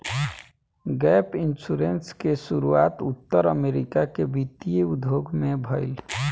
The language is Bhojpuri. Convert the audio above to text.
गैप इंश्योरेंस के शुरुआत उत्तर अमेरिका के वित्तीय उद्योग में भईल